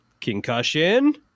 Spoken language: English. concussion